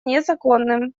незаконным